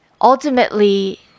ultimately